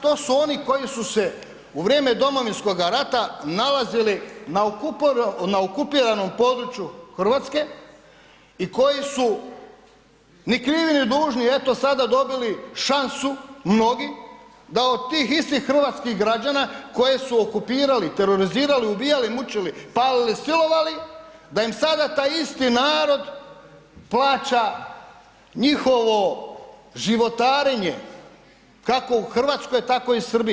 To su oni koji su se u vrijeme Domovinskog rata nalazili na okupiranom području Hrvatske i koji su ni krivi ni dužni eto sada dobili šansu mnogi da od tih istih hrvatskih građana koje su okupirali, terorizirali, ubijali, mučili, palili, silovali, da im sada taj isti narod plaća njihovo životarenje, kako u Hrvatskoj tako i Srbiji.